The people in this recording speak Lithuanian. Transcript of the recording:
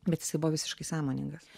bet jisai buvo visiškai sąmoningas